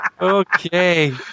Okay